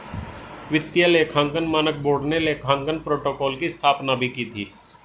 वित्तीय लेखांकन मानक बोर्ड ने लेखांकन प्रोटोकॉल की स्थापना भी की थी